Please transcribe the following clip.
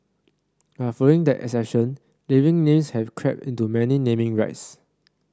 but following that exception living names have crept into many naming rights